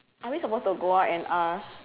are we supposed to go out and ask